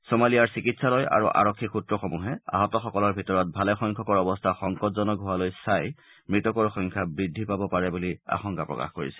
ছমালিয়াৰ চিকিৎসালয় আৰু আৰক্ষী সূত্ৰসমূহে আহতসকলৰ ভিতৰত ভালে সংখ্যকৰ অৱস্থা সংকটজনক হোৱালৈ চাই মৃতকৰ সংখ্যা বৃদ্ধি পাব পাৰে বুলি আশংকা প্ৰকাশ কৰিছে